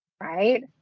Right